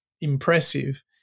impressive